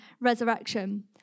resurrection